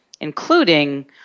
including